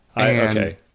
Okay